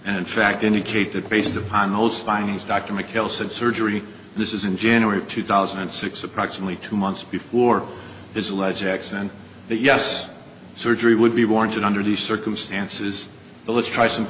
and in fact indicated based upon those findings dr macneill said surgery this is in january two thousand and six approximately two months before his alleged accident that yes surgery would be warranted under the circumstances but let's try some